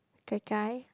gai gai